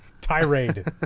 Tirade